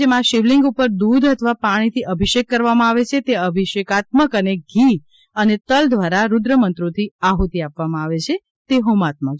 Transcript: જેમાં શિવલિંગ ઉપર દૂધ અથવા પાણીથી અભિષેક કરવામાં આવે તે અભિષેકાત્મક અને ઘી અને તલ દ્વારા રૂદ્રમંત્રોથી આહતિ આપવામાં આવે તે હોમાત્મક